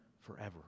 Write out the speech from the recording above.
forever